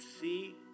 see